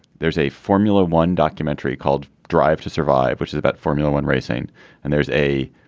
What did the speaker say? there's a formula one documentary called drive to survive which is about formula one racing and there's a